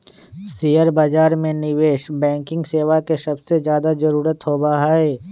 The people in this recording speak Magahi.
शेयर बाजार में निवेश बैंकिंग सेवा के सबसे ज्यादा जरूरत होबा हई